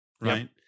right